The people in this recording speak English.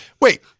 Wait